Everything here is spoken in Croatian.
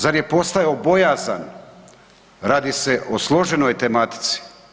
Zar je postajao bojazan, radi se o složenoj tematici.